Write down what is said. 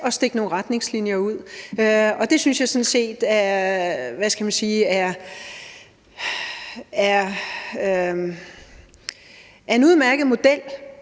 at stikke nogle retningslinjer ud. Og det synes jeg sådan set er en udmærket model,